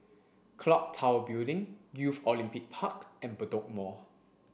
Clock Tower Building Youth Olympic Park and Bedok Mall